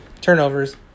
Turnovers